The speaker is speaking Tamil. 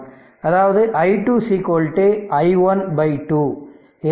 அதாவது i2 i1 by 2